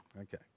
Okay